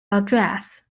address